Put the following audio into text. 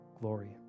glory